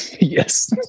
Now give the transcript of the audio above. Yes